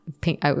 pink